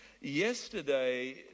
Yesterday